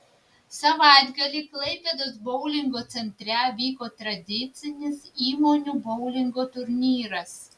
savaitgalį klaipėdos boulingo centre vyko tradicinis įmonių boulingo turnyras